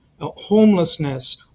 homelessness